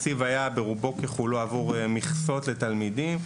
התקציב היה רובו ככולו עבור מכסות לתלמידים,